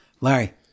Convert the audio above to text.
Larry